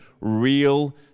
real